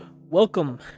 welcome